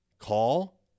Call